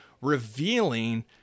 revealing